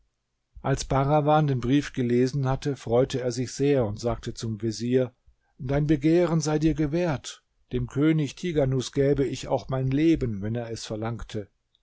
als bahrawan den brief gelesen hatte freute er sich sehr und sagte zum vezier dein begehren sei dir gewährt dem könig tighanus gäbe ich auch mein leben wenn er es verlangte